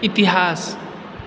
इतिहास